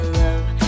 love